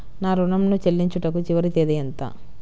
నా ఋణం ను చెల్లించుటకు చివరి తేదీ ఎంత?